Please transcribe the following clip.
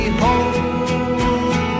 home